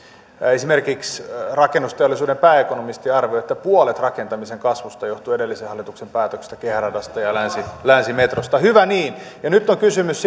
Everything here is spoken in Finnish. esimerkiksi rakennusteollisuuden pääekonomisti arvioi että puolet rakentamisen kasvusta johtuu edellisen hallituksen päätöksistä kehäradasta ja länsimetrosta hyvä niin nyt on kysymys